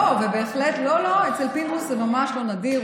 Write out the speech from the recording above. לא, ובהחלט, לא, לא, אצל פינדרוס זה ממש לא נדיר.